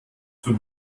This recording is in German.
zur